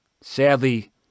Sadly